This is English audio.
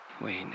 wait